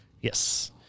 Yes